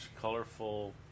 colorful